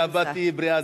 שהבת תהיה בריאה.